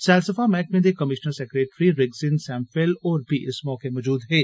सैलसफा मैह्कमें दे कमीश्नर सैक्रेटरी रिगज़िन सैम्फेल होर बी इस मौके मजूद हे